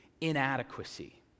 inadequacy